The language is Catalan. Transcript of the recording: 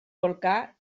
volcà